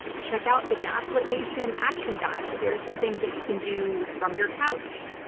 check out the gaslit nation action guide. there are some things that you can do from your couch.